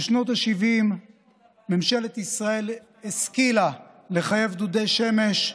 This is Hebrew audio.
בשנות השבעים ממשלת ישראל השכילה לחייב דודי שמש,